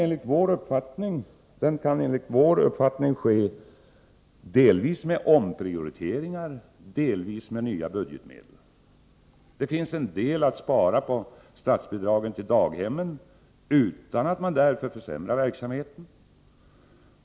Finansieringen kan enligt vår uppfattning ske delvis med omprioriteringar, delvis med nya budgetmedel. Det finns en del att spara på statsbidragen till daghemmen utan att man därför försämrar verksamheten.